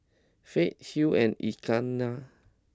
Fay Hill and Ignatz